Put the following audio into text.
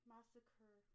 Massacre